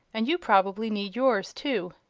and you prob'ly need yours, too.